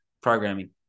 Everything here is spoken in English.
programming